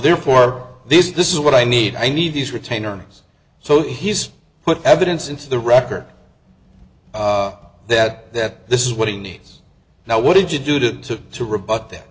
therefore this is this is what i need i need these retainers so he's put evidence into the record that that this is what he needs now what did you do to to rebut that